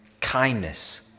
kindness